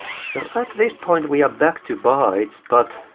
so at this point we are back to bytes, but